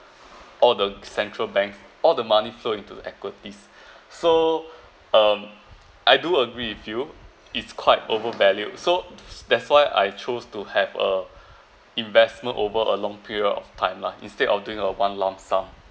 all the central bank all the money flow into equities so um I do agree with you it's quite overvalued so that's why I chose to have a investment over a long period of time lah instead of doing a one lump sum